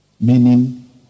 Meaning